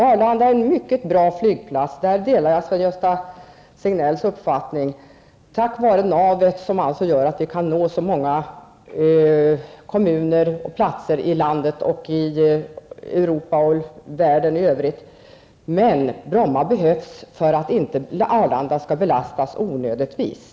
Arlanda är en mycket bra flygplats, där delar jag Sven-Gösta Signells uppfattning, tack vare funktionen som nav. Det gör att vi kan nå många kommuner och platser i landet, i Europa och i världen i övrigt. Bromma behövs för att Arlanda inte skall belastas onödigtvis.